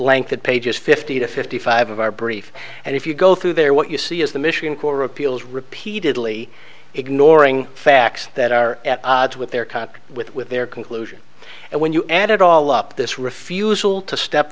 length that pages fifty to fifty five of our brief and if you go through there what you see is the mission core appeals repeatedly ignoring facts that are at odds with their contact with with their conclusion and when you add it all up this refusal to step